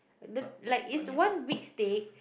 the like it's one big steak